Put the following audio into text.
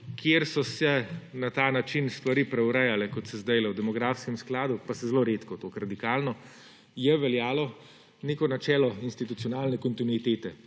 kjer so se na ta način stvari preurejale, kot se sedaj v demografskem skladu, pa se zelo redko tako radikalno, je veljalo neko načelo institucionalne kontinuitete.